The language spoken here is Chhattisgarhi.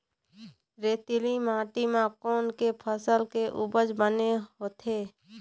रेतीली माटी म कोन से फसल के उपज बने होथे?